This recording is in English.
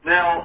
Now